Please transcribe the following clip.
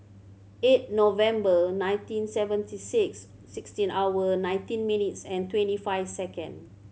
eight November nineteen seventy six sixteen hour nineteen minutes and twenty five second